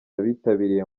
abitabiriye